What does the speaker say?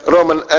Roman